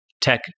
tech